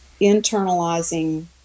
internalizing